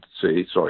sorry